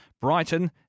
Brighton